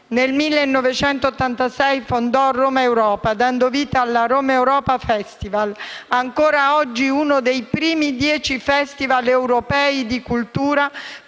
Nel 1986 fondò «Romaeuropa», dando vita al Romaeuropa Festival, ancora oggi uno dei primi dieci *festival* europei di cultura